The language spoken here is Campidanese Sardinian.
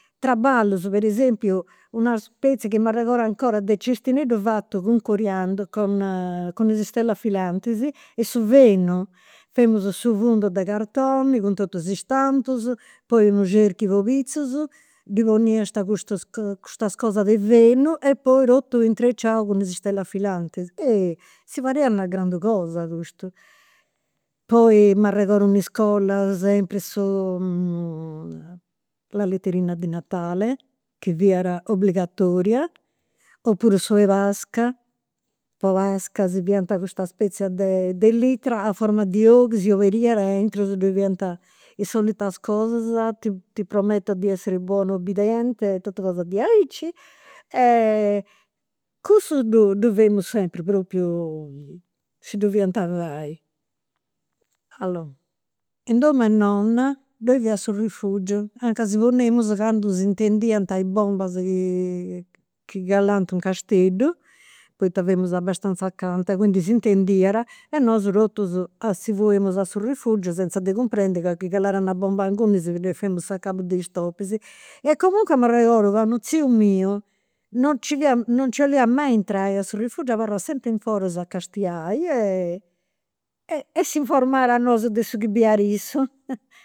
Traballus per esempiu, una spezie chi m'arregodu 'ncora de cestineddu fatu cun coriandu con is stellas filantis e su fenu. Femus su fundu de cartoni cun totus is istampus, poi unu cerchiu po pitzus, ddi poniast custas custas cosas de fenu e poi totu intreciau cun is stellas filantis. Eh si pariat una grandu cosa custu. Poi m'arregodu in iscola sempri su la letterina di natale, chi fiat obbligatoria, oppuru s'ou 'e pasca, po pasca si fiant custas spezie de de litera a forma di ou chi s'oberiat e aintru fiant is solitas cosas, ti prometto di esser buono ubbidiente, totus cosa diaici. Cussu ddu ddu femus sempri, propriu, si ddu fiant fai. Allora, in dom'e nonna ddoi fiat su rifugiu, a ca si ponemus candu s'intendiant i' bombas chi chi calant in Casteddu, poita femus abastanza acanta, quindi s'intendiat totus si fuemu a su rifugiu senza de cumprendi ca chi calat una bomba inguni si ddoi femu s'acabu de is topis. E comunque m'arregodu ca unu tziu miu non nci non nci 'oliat mai intrai a su rifugiu, abarrat sempri in foras a castiai e s'informat a nosu de su chi biriat issu